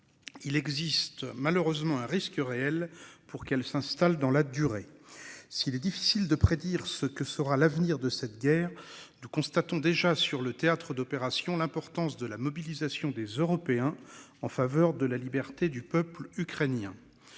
Il existe malheureusement un risque réel pour qu'elle s'installe dans la durée. S'il est difficile de prédire ce que sera l'avenir de cette guerre du constatons déjà sur le théâtre d'opération l'importance de la mobilisation des Européens en faveur de la liberté du peuple ukrainien.